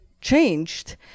changed